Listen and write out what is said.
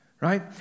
right